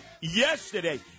yesterday